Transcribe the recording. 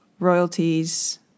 Royalties